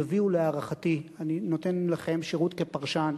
יביאו, להערכתי, אני נותן לכם שירות כפרשן,